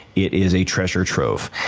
it is a treasure trove.